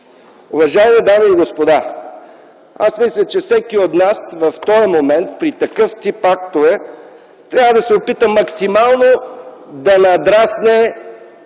Уважаеми дами и господа, аз мисля, че всеки от нас в този момент при такъв тип актове трябва да се опита максимално да надрасне